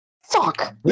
Fuck